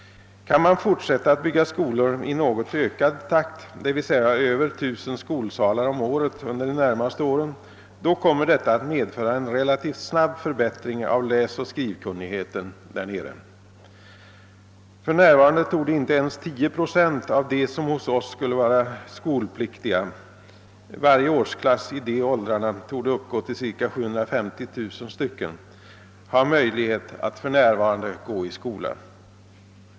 Kan man fortsätta att bygga skolor i något ökad takt, d. v. s. över 1 000 skolsalar om året under de närmaste åren kommer detta att medföra en relativt snabb förbättring av läsoch skrivkunnigheten där nere. För närvarande torde inte ens 10 procent av dem som hos oss skulle vara skolpliktiga — varje årsklass i de åldrarna torde uppgå till ca 750 000 — ha möjlighet att för närvarande gå i skola.